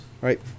right